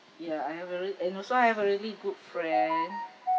ya I have really and also I have a really good friend